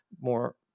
more